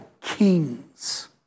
kings